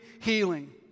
healing